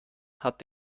hat